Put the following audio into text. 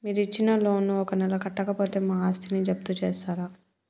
మీరు ఇచ్చిన లోన్ ను ఒక నెల కట్టకపోతే మా ఆస్తిని జప్తు చేస్తరా?